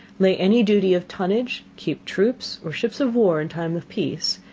lay any duty of tonnage, keep troops, or ships of war in time of peace,